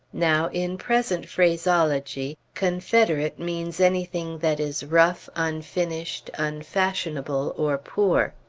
now, in present phraseology, confederate means anything that is rough, unfinished, unfashionable, or poor.